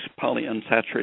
polyunsaturated